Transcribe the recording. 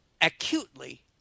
acutely